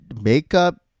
makeup